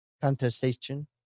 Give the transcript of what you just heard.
contestation